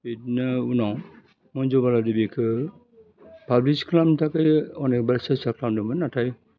बिदिनो उनाव मन्जुबाला देबिखो पाब्लिस खालामनो थाखाय अनेकबार सेस्था खालामदोंमोन नाथाय